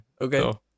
Okay